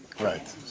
Right